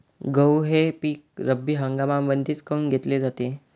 गहू हे पिक रब्बी हंगामामंदीच काऊन घेतले जाते?